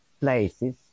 places